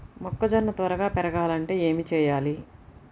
మొక్కజోన్న త్వరగా పెరగాలంటే ఏమి చెయ్యాలి?